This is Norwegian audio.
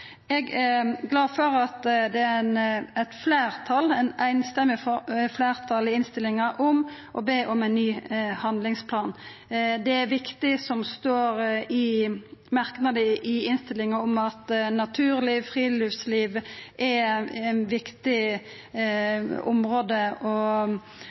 Eg er glad for at det er eit einstemmig fleirtal i innstillinga for å be om ein ny handlingsplan. Det er viktig det som står i merknadene i innstillinga om at naturleg friluftsliv er eit viktig område å tilretteleggja for. Det er eit veldig lavterskeltilbod, og